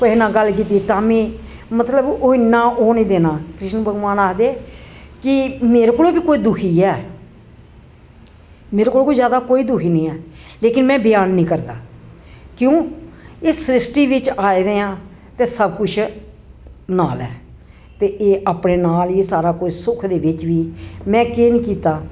कुसै कन्नै गल्ल कीती ताम्मीं मतलब ओह् इन्ना ओह् निं देना कृष्ण भगवान आखदे कि मेरे कोला बी कोई दुखी ऐ मेरे कोला जादा कोई दुखी निं ऐ लेकिन में ब्यान निं करदा क्यों इस स्रिश्टी बिच्च आए दे आं ते सब कुछ नाल ऐ ते एह् अपने नाल ही सारा कुछ सुख दे बिच्च ही में केह् निं कीता